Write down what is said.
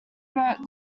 wrote